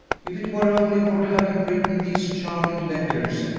if it were only for having written these charming letters,